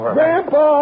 Grandpa